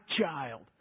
child